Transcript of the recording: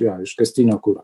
jo iškastinio kuro